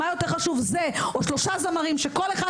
מה יותר חשוב זה או שלושה זמרים שכל אחד